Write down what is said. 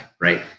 right